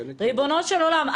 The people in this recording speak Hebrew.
ריבונו של עולם,